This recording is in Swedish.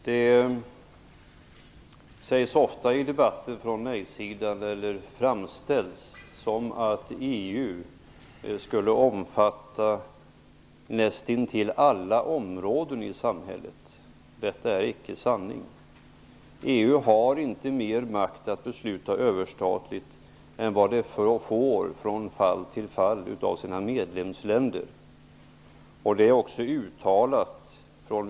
Herr talman! Nej-sidan framställer ofta i debatten att EU skulle omfatta nästan alla områden i samhället. Detta är icke sanning. EU har inte mer makt att besluta överstatligt än vad det får av sina medlemsländer från fall till fall.